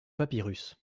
papyrus